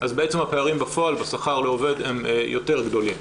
אז בעצם הפערים בפועל בשכר לעובד הם יותר גדולים.